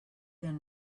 been